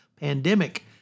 pandemic